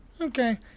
okay